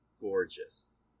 gorgeous